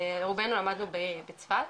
רובנו למדנו בצפת.